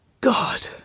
God